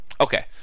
Okay